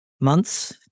months